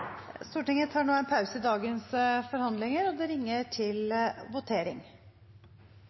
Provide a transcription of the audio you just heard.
Stortinget tar nå en pause i dagens forhandlinger, og det ringes til votering.